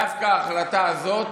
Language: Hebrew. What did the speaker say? דווקא ההחלטה הזאת